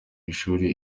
ishuri